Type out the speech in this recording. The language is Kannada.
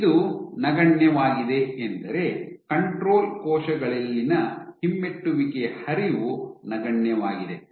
ಇದು ನಗಣ್ಯವಾಗಿದೆ ಎಂದರೆ ಕಂಟ್ರೊಲ್ ಕೋಶಗಳಲ್ಲಿನ ಹಿಮ್ಮೆಟ್ಟುವಿಕೆಯ ಹರಿವು ನಗಣ್ಯವಾಗಿದೆ